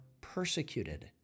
persecuted